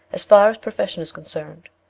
as far as profession is concerned.